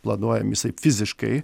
planuojam jisai fiziškai